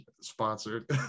sponsored